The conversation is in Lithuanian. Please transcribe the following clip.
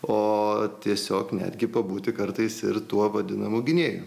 o tiesiog netgi pabūti kartais ir tuo vadinamu gynėju